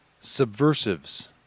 subversives